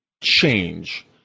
change